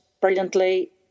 brilliantly